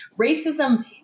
racism